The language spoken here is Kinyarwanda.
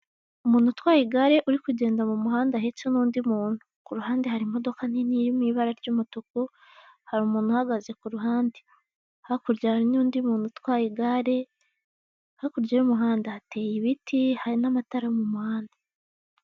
Umuntu utwaye igare uri kugenda mu muhanda ahetse n'undi muntu, ku ruhande hari imodoka nini iri mu ibara ry'umutuku, hari umuntu uhagaze ku ruhande, hakurya hari n'undi muntu utwaye igare, hakurya y'umuhanda hateye ibiti hari n'amatara mu muhanda.